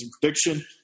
prediction